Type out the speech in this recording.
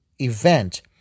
event